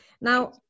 Now